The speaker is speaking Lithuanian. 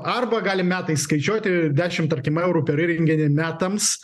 arba gali metai skaičiuoti dešimt tarkim eurų per renginį metams